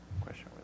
Question